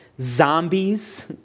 zombies